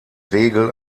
regel